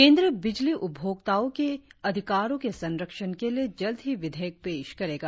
केंद्र बिजली उपभोक्ताओं के अधिकारों के संरक्षण के लिए जल्द ही विधेयक पेश करेगा